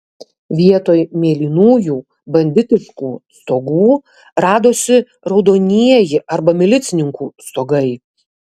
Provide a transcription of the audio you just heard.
vietoj mėlynųjų banditiškų stogų radosi raudonieji arba milicininkų stogai